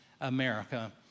America